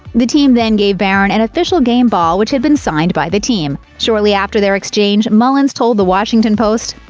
the team then gave barron an and official game ball which had been signed by the team. shortly after their exchange, mullins told the washington post,